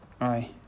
Aye